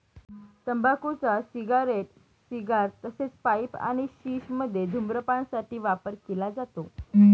तंबाखूचा cigarette, cigar तसेच pipe आणि शिश मध्ये धूम्रपान साठी वापर केला जातो